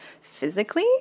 physically